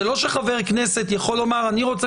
זה לא שחבר כנסת יכול לומר: אני רוצה